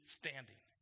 standing